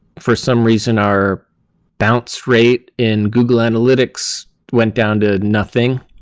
for some reason, our bounce rate in google analytics went down to nothing.